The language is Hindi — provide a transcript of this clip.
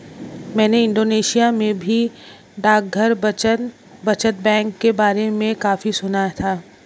मैंने इंडोनेशिया में भी डाकघर बचत बैंक के बारे में काफी सुना था